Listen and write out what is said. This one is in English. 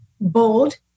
bold